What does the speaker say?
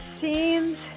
seems